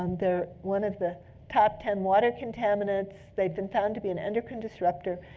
um they're one of the top ten water contaminants. they've been found to be an endocrine disruptor.